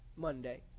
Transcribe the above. Monday